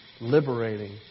liberating